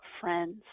friends